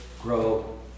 grow